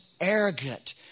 arrogant